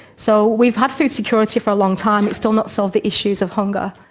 so, we've had food security for a long time, it's still not solved the issues of hunger.